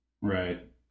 Right